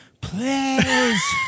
please